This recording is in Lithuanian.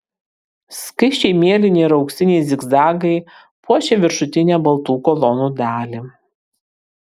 skaisčiai mėlyni ir auksiniai zigzagai puošė viršutinę baltų kolonų dalį